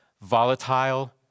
volatile